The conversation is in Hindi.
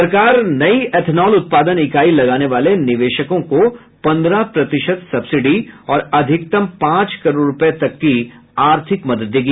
सरकार नई इथेनॉल उत्पादन इकाई लगाने वाले निवेशकों को पन्द्रह प्रतिशत सब्सिडी और अधिकतम पांच करोड़ रूपये तक की आर्थिक मदद देगी